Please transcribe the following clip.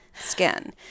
skin